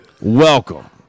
welcome